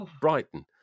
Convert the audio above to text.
Brighton